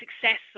success